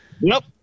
nope